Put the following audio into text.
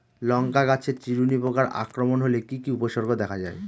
লঙ্কা গাছের চিরুনি পোকার আক্রমণ হলে কি কি উপসর্গ দেখা যায়?